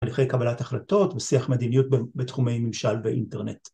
הליכי קבלת החלטות ושיח מדיניות בתחומי ממשל באינטרנט